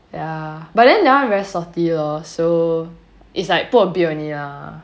ya but then that one very salty lor so is like put a bit only ah